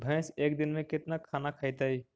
भैंस एक दिन में केतना खाना खैतई?